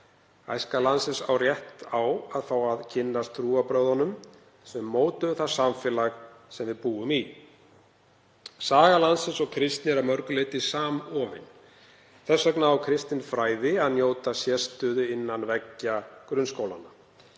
Æska landsins á rétt á að fá að kynnast trúarbrögðunum sem mótuðu það samfélag sem við búum í. Saga landsins og kristni er að mörgu leyti samofin. Þess vegna á kristinfræði að njóta sérstöðu innan veggja grunnskólanna.